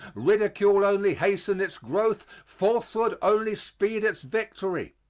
ridicule only hasten its growth, falsehood only speed its victory.